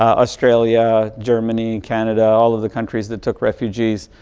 ah australia, germany, canada, all of the countries that took refugees.